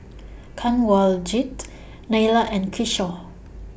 Kanwaljit Neila and Kishore